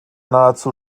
nahezu